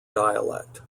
dialect